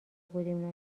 بودیم